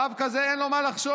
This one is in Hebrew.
רב כזה, אין לו מה לחשוש.